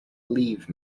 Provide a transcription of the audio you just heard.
leave